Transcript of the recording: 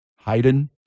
Haydn